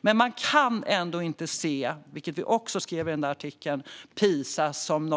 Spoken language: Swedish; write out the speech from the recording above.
Men man kan ändå inte, vilket vi också skrev i artikeln, se PISA som